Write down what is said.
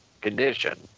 condition